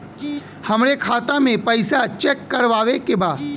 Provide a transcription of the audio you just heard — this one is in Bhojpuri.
हमरे खाता मे पैसा चेक करवावे के बा?